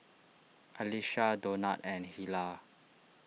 Alisha Donat and Hilah